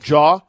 Jaw